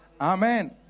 Amen